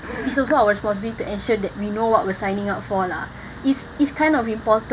it's also our responsibility to ensure that we know what we're signing up for lah is is kind of important